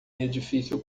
edifício